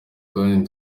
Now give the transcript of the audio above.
kandi